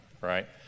right